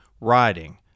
RIDING